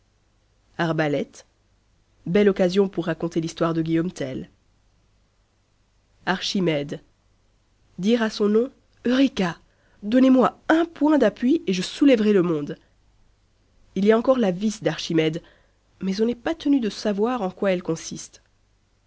arbalète belle occasion pour raconter l'histoire de guillaume tell archimède dire à son nom euréka donnez-moi un point d'appui et je soulèverai le monde il y a encore la vis d'archimède mais on n'est pas tenu de savoir en quoi elle consiste